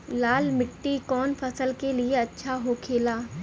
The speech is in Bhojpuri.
लाल मिट्टी कौन फसल के लिए अच्छा होखे ला?